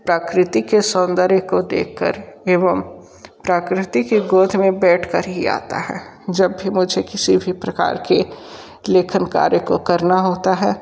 प्राकृति के सौंदर्य को देखकर एवं प्रकृति के गोद में बैठकर ही आता है जब भी मुझे किसी भी प्रकार के लेखन कार्य को करना होता है